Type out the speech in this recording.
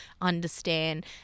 understand